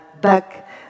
back